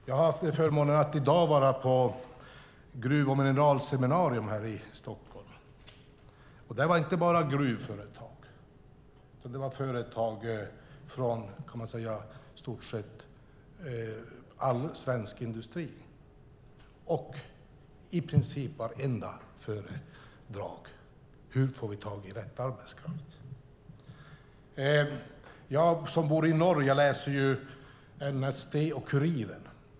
Jag har i dag haft förmånen att delta i ett gruv och mineralseminarium i Stockholm. Där deltog inte bara gruvföretag utan där fanns företag från i stort sett all svensk industri. I princip alla föredrag handlade om hur de ska få tag i rätt arbetskraft. Jag som bor i norr läser NSD och Kuriren.